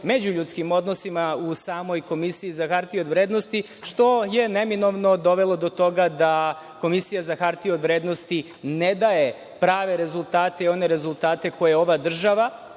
međuljudskim odnosima u samoj Komisiji za hartije od vrednosti, što je neminovno dovelo do toga da Komisija za hartije od vrednosti ne daje prave rezultate i one rezultate koje ova država,